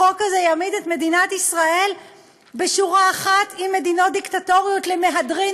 החוק הזה יעמיד את מדינת ישראל בשורה אחת עם מדינות דיקטטוריות למהדרין,